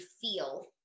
feel